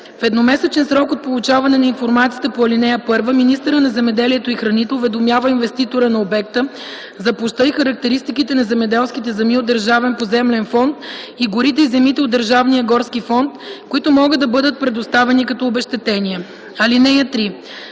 В едномесечен срок от получаване на информацията по ал. 1, министърът на земеделието и храните уведомява инвеститора на обекта за площта и характеристиките на земеделските земи от Държавен поземлен фонд и горите и земите от Държавния горски фонд, които могат да бъдат предоставени като обезщетение. (3)